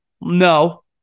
No